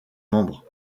membres